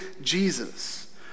Jesus